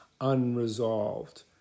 unresolved